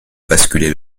basculer